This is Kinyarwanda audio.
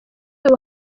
yabo